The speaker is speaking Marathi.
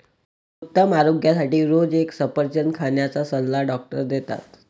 उत्तम आरोग्यासाठी रोज एक सफरचंद खाण्याचा सल्ला डॉक्टर देतात